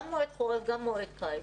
גם מועד חורף, גם מועד קיץ.